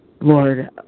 Lord